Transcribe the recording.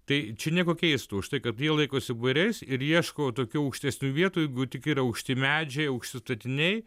tai čia nieko keisto už tai kad jie laikosi būriais ir ieško tokių aukštesnių vietų jeigu tik yra aukšti medžiai aukšti statiniai